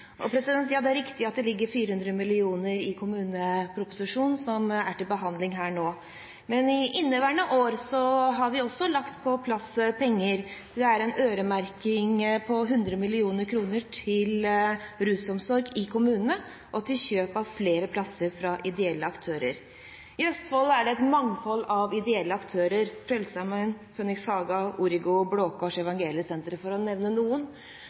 Det er riktig at det ligger 400 mill. kr i kommuneproposisjonen som er til behandling her nå. Men i inneværende år har vi også lagt på plass penger. Det er en øremerking på 100 mill. kr til rusomsorg i kommunene og til kjøp av flere plasser fra ideelle aktører. I Østfold er det et mangfold av ideelle aktører – Frelsesarmeen, Phoenix Haga, Origosenteret, Blå Kors og Evangeliesenteret, for å nevne noen.